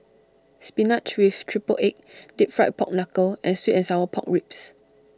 Spinach with Triple Egg Deep Fried Pork Knuckle and Sweet and Sour Pork Ribs